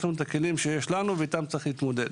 יש לנו את הכלים שיש לנו ואיתם צריך להתמודד.